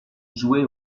joué